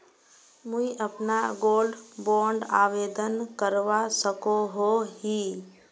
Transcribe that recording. मुई अपना gold bond आवेदन करवा सकोहो ही?